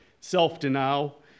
self-denial